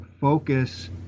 focus